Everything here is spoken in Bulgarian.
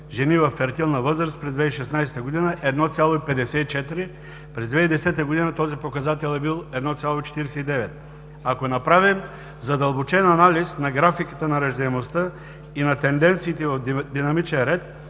жени във фертилна възраст при 2016 г. – 1,54. През 2010 г. този показател е бил 1,49. Ако направим задълбочен анализ на графиката на раждаемостта и на тенденциите в динамичен ред,